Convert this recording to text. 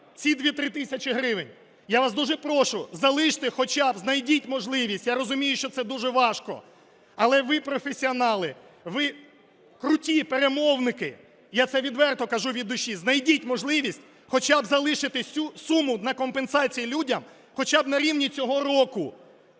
ці 2-3 тисячі гривень. Я вас дуже прошу, залиште хоча б, знайдіть можливість, я розумію, що це дуже важко, але ви професіонали, ви круті перемовники, я це відверто кажу, від душі, знайдіть можливість хоча б залишити цю суму на компенсації людям хоча б на рівні цього року.